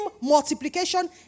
multiplication